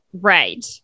Right